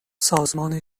سازمان